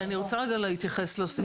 אני רוצה רגע להתייחס ולהוסיף.